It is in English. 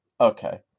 Okay